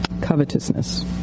Covetousness